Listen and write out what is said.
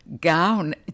gown